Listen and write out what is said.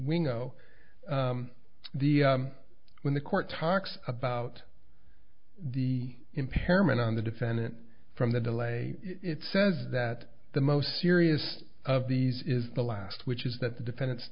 window the when the court talks about the impairment on the defendant from the de lay it says that the most serious of these is the last which is that the defendant's